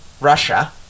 Russia